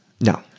No